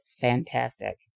fantastic